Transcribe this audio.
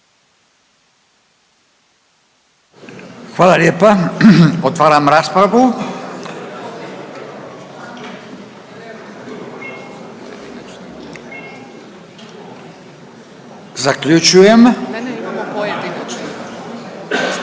Hvala lijepa. Otvaram raspravu. Zaključujem.